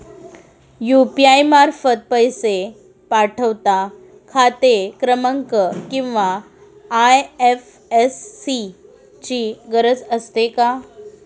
UPI मार्फत पैसे पाठवता खाते क्रमांक किंवा आय.एफ.एस.सी ची गरज असते का?